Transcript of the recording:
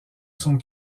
son